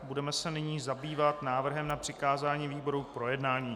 Budeme se nyní zabývat návrhem na přikázání výborům k projednání.